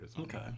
okay